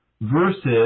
versus